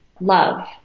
love